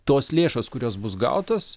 tos lėšos kurios bus gautos